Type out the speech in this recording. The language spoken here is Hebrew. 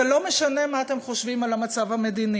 זה לא משנה מה אתם חושבים על המצב המדיני,